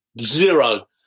zero